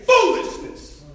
Foolishness